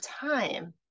time